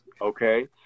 Okay